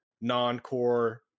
non-core